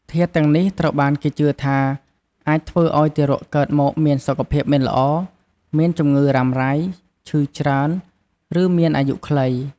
ធាតុទាំងនេះត្រូវបានគេជឿថាអាចធ្វើឲ្យទារកកើតមកមានសុខភាពមិនល្អ មានជម្ងឺរ៉ាំរ៉ៃ ឈឺច្រើន ឬមានអាយុខ្លី។